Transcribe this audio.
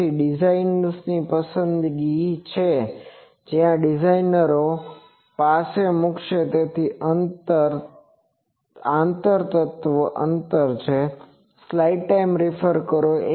તેથી આ designer designer's ની પસંદગી છે કે જ્યાં તે ડિઝાઇનરો designer's પાસે જે મૂકશે તે આંતર તત્વ અંતર છે